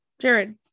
Jared